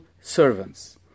servants